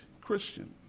Christian